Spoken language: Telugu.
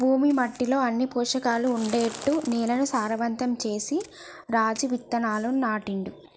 భూమి మట్టిలో అన్ని పోషకాలు ఉండేట్టు నేలను సారవంతం చేసి రాజు విత్తనాలు నాటిండు